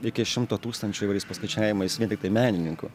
iki šimto tūkstančių įvairiais paskaičiavimais vien tiktai menininkų